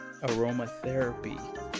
Aromatherapy